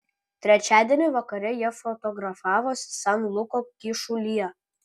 trečiadienį vakare jie fotografavosi san luko kyšulyje